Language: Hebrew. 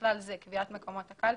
ובכלל זה קביעת מקומות הקלפי,